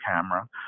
camera